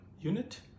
unit